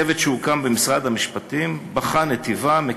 צוות שהוקם במשרד המשפטים בחן את טיבם,